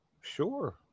Sure